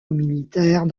militaires